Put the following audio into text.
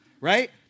right